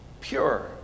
pure